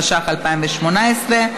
התשע"ח 2018,